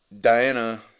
Diana